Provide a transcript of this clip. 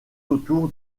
autour